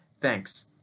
Thanks